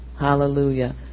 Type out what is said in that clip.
Hallelujah